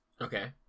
Okay